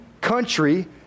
country